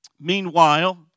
Meanwhile